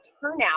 turnout